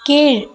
கீழ்